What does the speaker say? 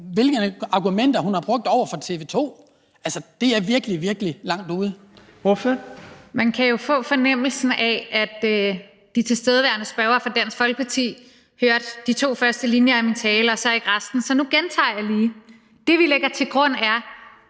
Fjerde næstformand (Trine Torp): Ordføreren. Kl. 12:42 Rosa Lund (EL): Man kan jo få fornemmelsen af, at de tilstedeværende spørgere fra Dansk Folkeparti hørte de to første linjer af min tale og så ikke resten. Så nu gentager jeg lige: Det, som vi lægger til grund, er